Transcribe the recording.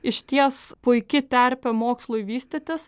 išties puiki terpė mokslui vystytis